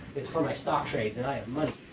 it's for my stock trades and i have money.